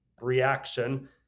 reaction